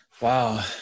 Wow